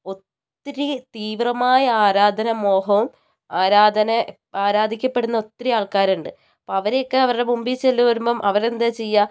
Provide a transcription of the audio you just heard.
ഒത്തിരി തീവ്രമായ ആരാധന മോഹവും ആരാധന ആരാധിക്കപ്പെടുന്ന ഒത്തിരി ആൾക്കാരുണ്ട് അപ്പോൾ അവരെയൊക്കെ അവരുടെ മുൻപിൽ ചെല്ലുമ്പം അവരെന്താണ് ചെയ്യുക